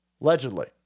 allegedly